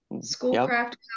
Schoolcraft